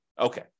Okay